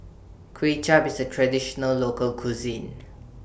Kuay Chap IS A Traditional Local Cuisine